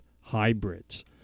hybrids